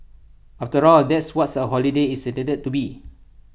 after all that's what's A holiday is intended to be